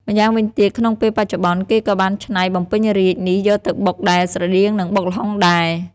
ម្យ៉ាងវិញទៀត ក្នុងពេលបច្ចុប្បន្នគេក៏បានច្នៃ បំពេញរាជ្យនេះយកទៅបុកដែលស្រដៀងនឹងបុកល្ហុងដែរ។